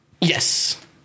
yes